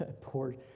poor